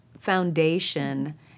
foundation